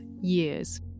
years